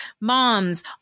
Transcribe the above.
moms